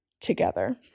together